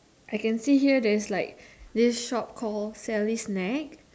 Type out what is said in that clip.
I can see here there's like this shop call Sally's snack